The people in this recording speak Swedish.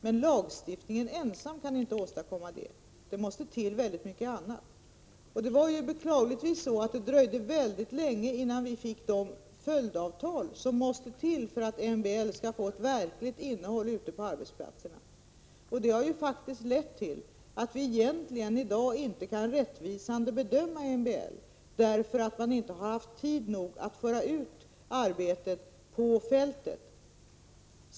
Men lagstiftningen ensam kan inte åstadkomma det. Det måste till mycket annat. Beklagligtvis dröjde det väldigt länge, innan vi fick de följdavtal som måste till för att MBL kan få ett verkligt innehåll ute på arbetsplatserna. Det har faktiskt lett till att vi i dag egentligen inte kan riktigt bedöma MBL. Man har inte haft tid nog att föra ut arbetet på fältet.